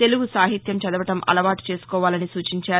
తెలుగు సాహిత్యం చదవడం అలవాటు చేసుకోవాలని సూచించారు